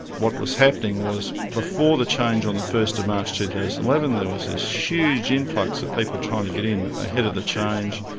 what was happening was, before the change on the first of march two thousand and eleven there was this huge influx of people trying to get in ahead of the change,